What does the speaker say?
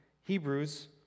Hebrews